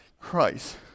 Christ